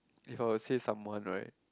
if I will say someone right